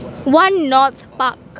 one north park